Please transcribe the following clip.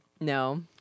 No